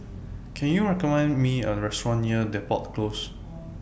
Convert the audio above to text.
Can YOU recommend Me A Restaurant near Depot Close